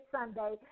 Sunday